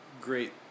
great